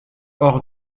hors